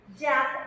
death